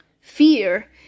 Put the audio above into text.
fear